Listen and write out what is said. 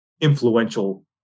influential